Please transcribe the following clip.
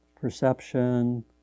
perception